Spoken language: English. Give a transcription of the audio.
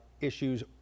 issues